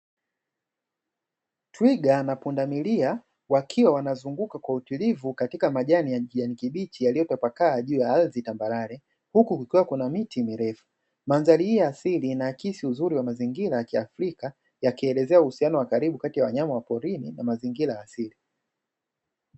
Twiga na pundamilia wakiwa wanazunguka kwa utulivu katika majani ya kijani kibichi yaliyotapakaa katika ardhi ya tambarare, huku kukiwa na miti mirefu. Mandhari hii ya asili inaakisi uzuri wa mazingira ya kiafrika yakieleza uhusiano wa karibu wa wanyama wa porini na mazingira ya asili.